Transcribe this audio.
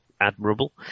Admirable